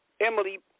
Emily